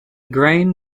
grain